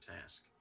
task